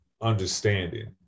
understanding